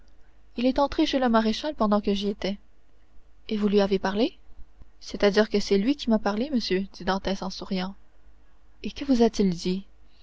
il est entré chez le maréchal pendant que j'y étais et vous lui avez parlé c'est-à-dire que c'est lui qui m'a parlé monsieur dit dantès en souriant et que vous a-t-il dit